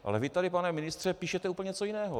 Ale vy tu, pane ministře, píšete úplně něco jiného.